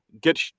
get